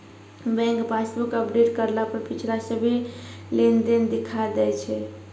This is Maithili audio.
बैंक पासबुक अपडेट करला पर पिछला सभ्भे लेनदेन दिखा दैय छै